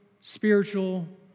spiritual